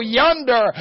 yonder